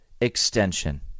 extension